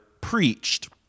preached